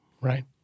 right